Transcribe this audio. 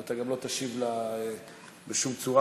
ואתה גם לא תשיב לה בשום צורה,